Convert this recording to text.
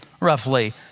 roughly